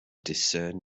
discern